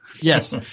Yes